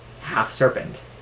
half-serpent